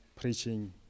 preaching